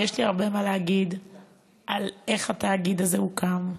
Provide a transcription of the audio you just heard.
יש לי הרבה מה להגיד על איך התאגיד הזה הוקם,